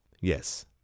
Yes